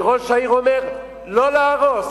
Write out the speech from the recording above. וראש העיר אומר לא להרוס